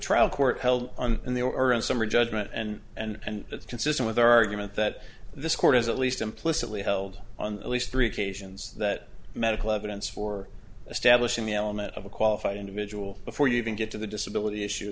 trial court held on in the or in summary judgment and and that's consistent with our argument that this court has at least implicitly held on at least three occasions that the medical evidence for establishing the element of a qualified individual before you even get to the disability issue